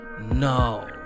no